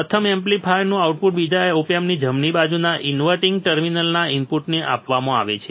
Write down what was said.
પ્રથમ એમ્પ્લીફાયરનું આઉટપુટ બીજા ઓપ એમ્પની જમણી બાજુના બિન ઇન્વર્ટીંગ ટર્મિનલના ઇનપુટને આપવામાં આવે છે